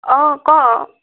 অ ক'